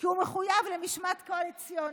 כי הוא מחויב למשמעת קואליציונית.